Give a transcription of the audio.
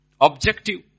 Objective